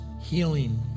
healing